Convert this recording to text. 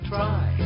Try